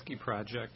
Project